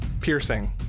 piercing